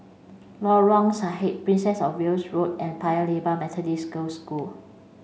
Lorong Sahad Princess Of Wales Road and Paya Lebar Methodist Girls' School